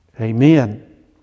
Amen